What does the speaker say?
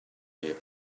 you